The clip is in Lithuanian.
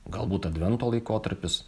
galbūt advento laikotarpis